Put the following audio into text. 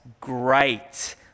great